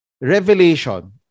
revelation